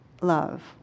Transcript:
love